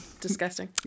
Disgusting